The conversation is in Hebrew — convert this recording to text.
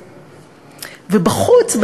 ובחוץ,